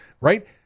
right